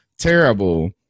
terrible